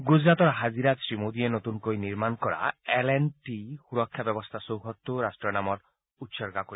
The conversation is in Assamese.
গুজৰাটৰ হাজিৰাট শ্ৰীমোদীয়ে নতুনকৈ নিৰ্মাণ কৰা এল এণ্ড টি সুৰক্ষা ব্যৱস্থা চৌহদটোত ৰাট্টৰ নামত উৎসৰ্গা কৰিব